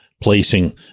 placing